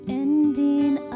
ending